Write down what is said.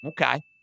Okay